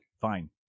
fine